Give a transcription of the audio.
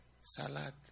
salad